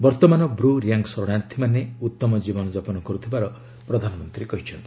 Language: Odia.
ବର୍ତ୍ତମାନ ବୂ ରିଆଙ୍ଗ ଶରଣାର୍ଥୀମାନେ ଉତ୍ତମ ଜୀବନଯାପନ କରୁଥିବାର ପ୍ରଧାନମନ୍ତ୍ରୀ କହିଛନ୍ତି